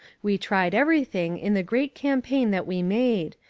we tried everything in the great campaign that we made,